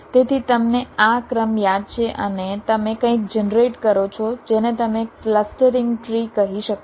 તેથી તમને આ ક્રમ યાદ છે અને તમે કંઈક જનરેટ કરો છો જેને તમે ક્લસ્ટરિંગ ટ્રી કહી શકો છો